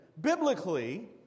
biblically